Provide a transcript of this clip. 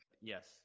Yes